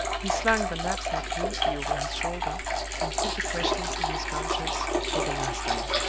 he slung the knapsack loosely over his shoulder and put the question to his conscience for the last time.